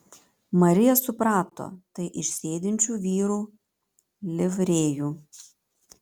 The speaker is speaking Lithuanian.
marija suprato tai iš sėdinčių vyrų livrėjų